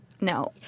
No